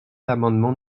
l’amendement